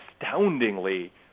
astoundingly